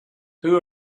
who